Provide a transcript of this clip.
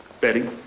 Betty